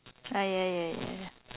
ah ya ya ya